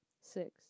Six